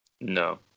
No